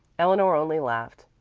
eleanor only laughed.